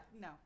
no